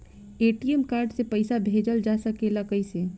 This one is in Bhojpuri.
ए.टी.एम कार्ड से पइसा भेजल जा सकेला कइसे?